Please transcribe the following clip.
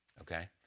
Okay